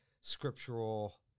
scriptural